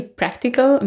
practical